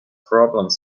problems